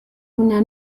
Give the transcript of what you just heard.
una